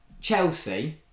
Chelsea